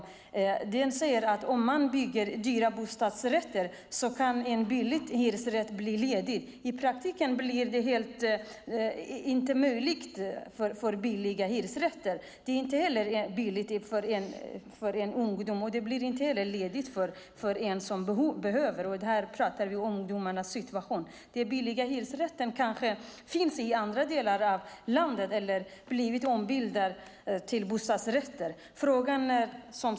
Den säger att om man bygger dyra bostadsrätter kan en billig hyresrätt bli ledig. I praktiken blir det inte möjligt med billiga hyresrätter. Det är inte billigt för en ungdom, och det blir inte heller ledigt för den som behöver en lägenhet. Här pratar vi om ungdomarnas situation. Den billiga hyresrätten kanske finns i andra delar av landet eller så har den blivit ombildad till bostadsrätt.